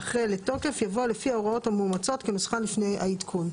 ואחרי "לתוקף" יבוא "לפי ההוראות המאומצות כנוסחן לפני העדכון".